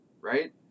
right